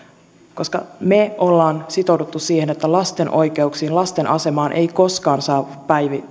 me olemme sitoutuneet siihen että lasten oikeuksiin lasten asemaan eivät koskaan saa